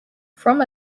from